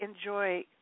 enjoy